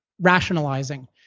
rationalizing